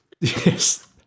Yes